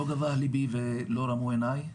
לא גבה ליבי ולא רמו עיניי.